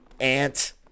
Ant